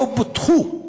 לא פותחו.